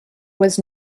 was